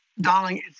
darling